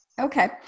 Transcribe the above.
Okay